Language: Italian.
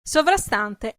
sovrastante